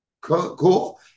Cool